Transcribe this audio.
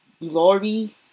Glory